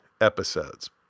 episodes